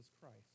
Christ